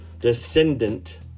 descendant